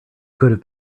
could